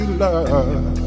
love